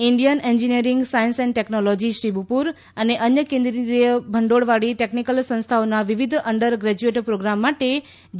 Indian engineering science and technology Shibpur અને અન્ય કેન્દ્રીય ભંડોળવાળી ટેકનીકલ સંસ્થાઓનાં વિવિધ અંડર ગ્રેજ્યુએટ પ્રોગ્રામ માટે જે